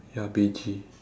ya beigey